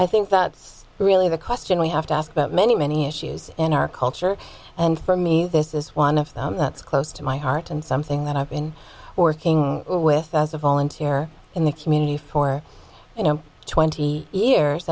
i think that's really the question we have to ask but many many issues in our culture and for me this is one of them that's close to my heart and something that i've been working with volunteer in the community for twenty years